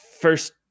first